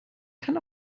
kann